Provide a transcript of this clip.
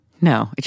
no